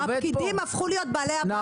הפקידים הפכו להיות בעלי הבית.